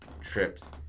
Trips